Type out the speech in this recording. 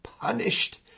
punished